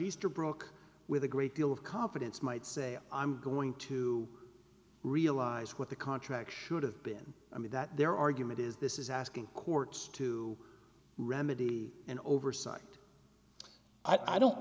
easterbrook with a great deal of competence might say i'm going to realize what the contract should have been i mean that their argument is this is asking courts to remedy an oversight i don't